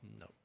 No